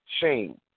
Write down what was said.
shame